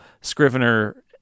Scrivener